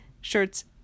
shirts